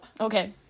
Okay